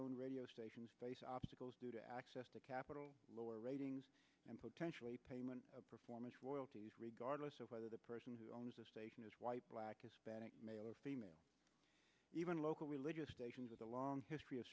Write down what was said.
owned radio stations face obstacles to access to capital lower ratings and potentially payment performance royalties regardless of whether the person who owns the station is white black hispanic male or female even local religious stations with a long history of